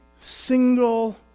single